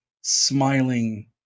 smiling